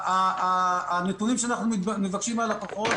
הנתונים שאנחנו מבקשים מהלקוחות,